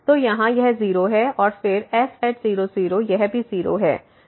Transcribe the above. तो यहाँ यह 0 है और फिर f0 0 यह भी 0 है